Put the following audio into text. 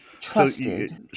trusted